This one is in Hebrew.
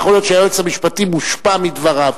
יכול להיות שהיועץ המשפטי מושפע מדבריו.